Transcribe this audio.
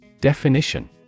Definition